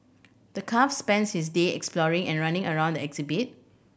the calf spends his day exploring and running around the exhibit